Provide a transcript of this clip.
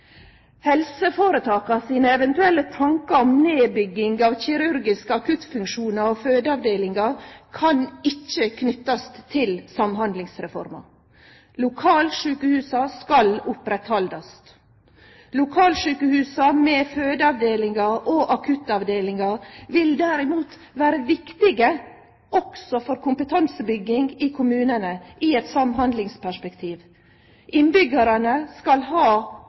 Helseføretaka sine eventuelle tankar om nedbygging av kirurgiske akuttfunksjonar og fødeavdelingar kan ikkje knytast til Samhandlingsreforma. Lokalsjukehusa skal haldast oppe. Lokalsjukehusa med fødeavdelingar og akuttavdelingar vil derimot vere viktige også for kompetansebygging i kommunane i eit samhandlingsperspektiv. Innbyggjarane skal ha